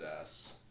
ass